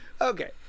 Okay